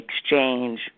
exchange